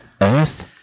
Earth